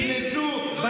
עיתונאים הם מחבלים?